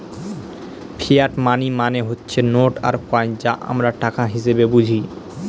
fiat money মানে হচ্ছে note আর কয়েন যা আমরা টাকা হিসেবে বুঝি